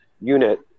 unit